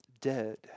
dead